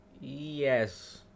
Yes